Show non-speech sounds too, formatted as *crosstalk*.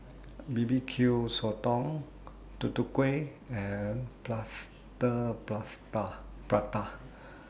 B B Q Sotong Tutu Kueh and Plaster *unintelligible* Prata